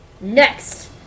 Next